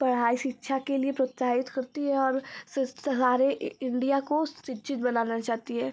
पढ़ाई शिक्षा के लिए प्रोत्साहित करती है और सारे इंडिया को शिक्षित बनाना चाहती है